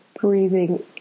Breathing